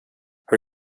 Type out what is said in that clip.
her